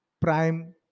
prime